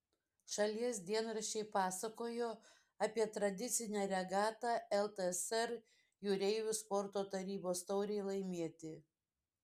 šalies dienraščiai pasakojo apie tradicinę regatą ltsr jūreivių sporto tarybos taurei laimėti